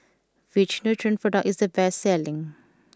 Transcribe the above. which Nutren product is the best selling